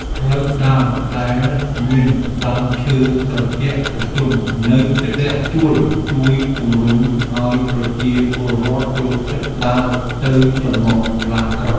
ផ្លូវដើរដែលមានដើមឈើត្រជាក់ត្រជុំនៅជិតផ្ទះជួលជួយជម្រុញឱ្យប្រជាពលរដ្ឋចូលចិត្តដើរទៅចំណតឡានក្រុង។